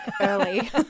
Early